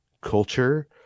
culture